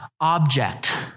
object